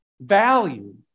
value